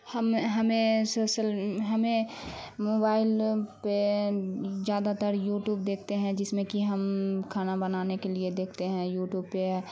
ہمیں ہمیں سوسل ہمیں موبائل پہ زیادہ تر یوٹوب دیکھتے ہیں جس میں کہ ہم کھانا بنانے کے لیے دیکھتے ہیں یوٹوب پہ